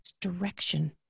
direction